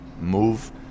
move